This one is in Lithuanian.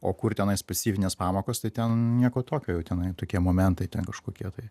o kur tenais pasyvinės pamokos tai ten nieko tokio jau tenai tokie momentai ten kažkokie tai